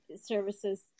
services